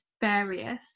various